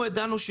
אנחנו ידענו,